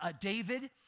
David